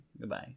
Goodbye